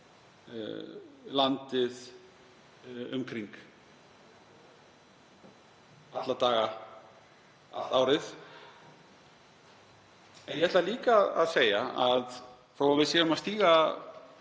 landið um kring alla daga allt árið. Ég ætla líka að segja að þó að við séum að stíga